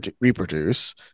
reproduce